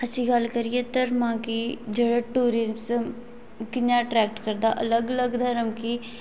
असी गल्ल करिये धर्मा गी जेह्ड़ा टूरिज्म कि'यां अट्रैक्ट करदा अलग अलग धर्म गी